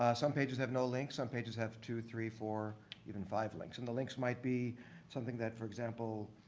some pages have no links. some pages have two, three, four even five links. and the links might be something that, for example,